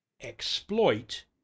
exploit